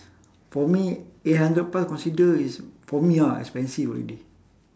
for me eight hundred plus consider is for me ah expensive already